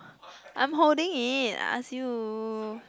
I'm holding it I ask you